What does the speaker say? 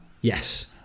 Yes